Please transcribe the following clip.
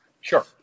Sure